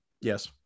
Yes